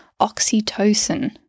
oxytocin